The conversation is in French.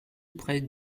près